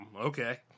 okay